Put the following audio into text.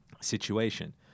situation